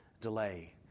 delay